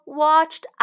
watched